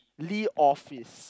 Lee office